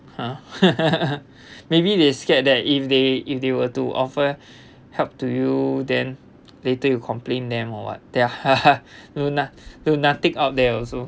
!huh! maybe they scared that if they if they were to offer help to you then later you complain them or what their do not~ do nothing out there also